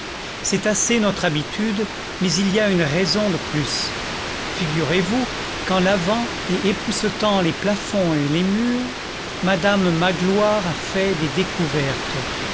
c'est assez notre habitude mais il y a une raison de plus figurez-vous qu'en lavant et époussetant les plafonds et les murs madame magloire a fait des découvertes